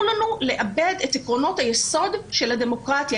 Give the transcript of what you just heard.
לנו לאבד את עקרונות היסוד של הדמוקרטיה,